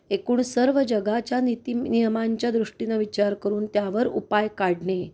एकूण सर्व जगाच्या नीतीनियमांच्या दृष्टीनं विचार करून त्यावर उपाय काढणे